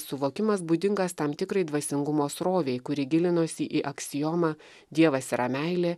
suvokimas būdingas tam tikrai dvasingumo srovei kuri gilinosi į aksiomą dievas yra meilė